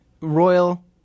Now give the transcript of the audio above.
Royal